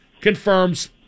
confirms